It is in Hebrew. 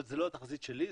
אבל זה לא התחזית שלי,